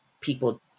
people